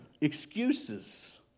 excuses